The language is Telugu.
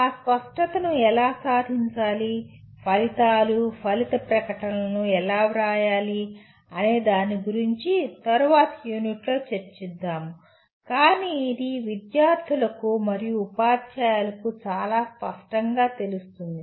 ఆ స్పష్టతను ఎలా సాధించాలి ఫలితాలు ఫలిత ప్రకటనలను ఎలా వ్రాయాలి అనేదాని గురించి తరువాత యూనిట్లో చర్చిద్దాము కానీ ఇది విద్యార్థులకు మరియు ఉపాధ్యాయులకు చాలా స్పష్టంగా తెలుస్తుంది